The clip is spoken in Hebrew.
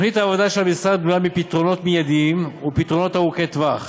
תוכנית העבודה של המשרד בנויה מפתרונות מיידיים ופתרונות ארוכי טווח